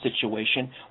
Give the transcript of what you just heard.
situation